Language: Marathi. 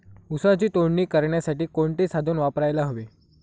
ऊसाची तोडणी करण्यासाठी कोणते साधन वापरायला हवे?